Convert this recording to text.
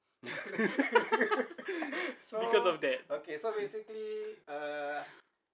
because of that